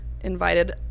invited